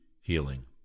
healing